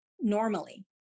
normally